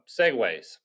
Segways